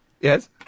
Yes